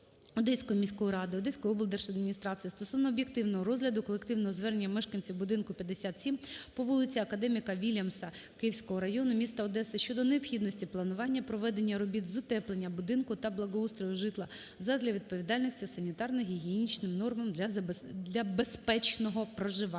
Одеської міської ради, Одеської облдержадміністрації стосовно об'єктивного розгляду колективного звернення мешканців будинку 57 по вулиці Академіка Вільямса Київського району міста Одеси щодо необхідності планування проведення робіт з утеплення будинку та благоустрою житла задля відповідності санітарно-гігієнічними нормам для безпечного проживання.